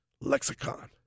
lexicon